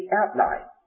outline